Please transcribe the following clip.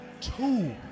Two